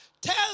Tell